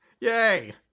Yay